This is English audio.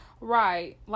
Right